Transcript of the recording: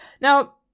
Now